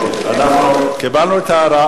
אנחנו קיבלנו את ההערה,